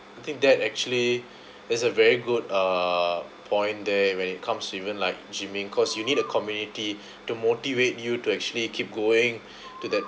I think that actually is a very good uh point there when it comes even like gymming cause you need a community to motivate you to actually keep going to that